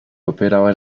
operaba